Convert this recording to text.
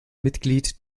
mitglied